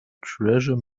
treasure